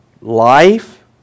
life